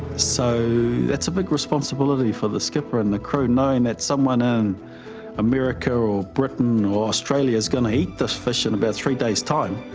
so that's a big responsibility for the skipper and the crew knowing that someone in america or or britain or australia is going to eat this fish in about three days' time.